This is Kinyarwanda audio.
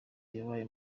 yabaye